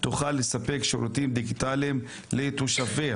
יוכלו לספק שירותים דיגיטליים לתושביהן.